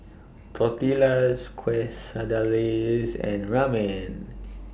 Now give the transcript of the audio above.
Tortillas Quesadillas and Ramen